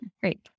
Great